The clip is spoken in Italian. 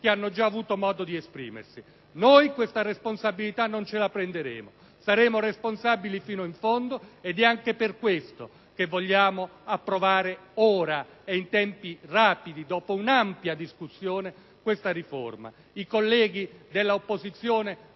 che hanno già avuto modo di esprimersi. Noi questa responsabilità non ce la prenderemo. Saremo responsabili fino in fondo ed è anche per questo che vogliamo approvare ora e in tempi rapidi, dopo un'ampia discussione, questa riforma. I colleghi dell'opposizione